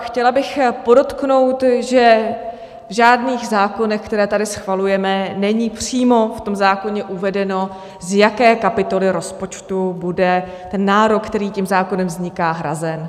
Chtěla bych podotknout, že v žádných zákonech, které tady schvalujeme, není přímo v tom zákoně uvedeno, z jaké kapitoly rozpočtu bude ten nárok, který tím zákonem vzniká, hrazen.